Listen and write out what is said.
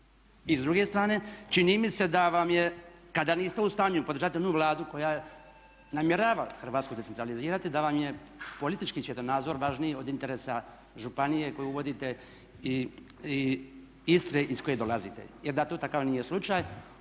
I s druge strane, čini mi se da vam je kada niste u stanju podržati onu Vladu koja namjerava Hrvatsku decentralizirati da vam je politički svjetonazor važniji od interesa županije koju uvodite i Istre iz koje dolazite. Jer da to takav nije slučaj